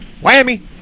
Whammy